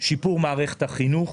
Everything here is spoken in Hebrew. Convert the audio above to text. שיפור מערכת החינוך